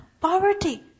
poverty